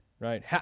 Right